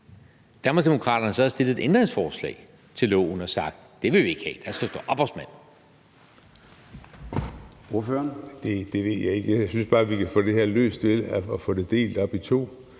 Danmarksdemokraterne så have stillet et ændringsforslag til loven og sagt: Det vil vi ikke have, der skal stå ophavsmand?